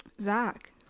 Zach